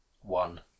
One